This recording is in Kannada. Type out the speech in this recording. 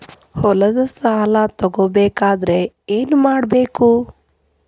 ಹೊಲದ ಸಾಲ ತಗೋಬೇಕಾದ್ರೆ ಏನ್ಮಾಡಬೇಕು?